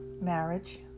Marriage